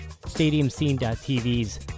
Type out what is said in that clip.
StadiumScene.tv's